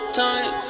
time